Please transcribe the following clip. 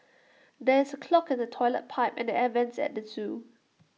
there is A clog in the Toilet Pipe and the air Vents at the Zoo